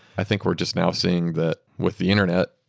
i think we're just now seeing that with the internet,